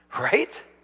Right